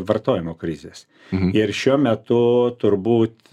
vartojimo krizės ir šiuo metu turbūt